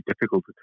difficult